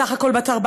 בסך הכול בת 14?